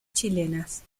chilenas